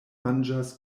manĝas